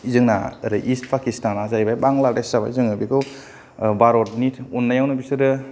जोंना ओरै इस्थ पाकिस्ताना जाहैबाय बांलादेश जाबाय जोङो बेखौ भारतनि अननायावनो बिसोरो